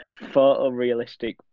photorealistic